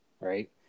right